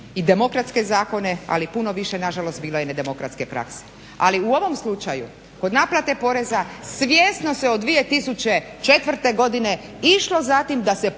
i demokratske zakone, ali puno više nažalost bilo je nedemokratske prakse, ali u ovom slučaju kod naplate poreza svjesno se od 2004. godine išlo za tim da se pogoduju